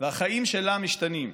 והחיים שלה משתנים.